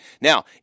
Now